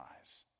eyes